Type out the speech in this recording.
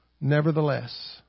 Nevertheless